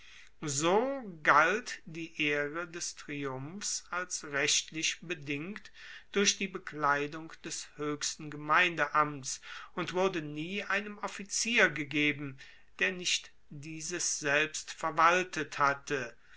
so galt die ehre des triumphs als rechtlich bedingt durch die bekleidung des hoechsten gemeindeamts und wurde nie einem offizier gegeben der nicht dieses selbst verwaltet hatte